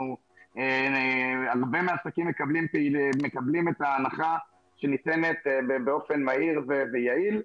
הרבה מהעסקים מקבלים את ההנחה שניתנת באופן מהיר ויעיל,